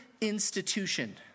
institution